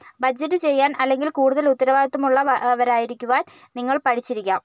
budget ചെയ്യാൻ അല്ലെങ്കിൽ കൂടുതൽ ഉത്തരവാദിത്തമുള്ളവരായിരിക്കുവാൻ നിങ്ങൾ പഠിച്ചിരിക്കാം